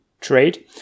trade